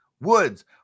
woods